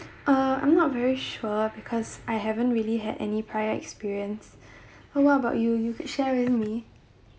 uh I'm not very sure because I haven't really had any prior experience what about you you could share with me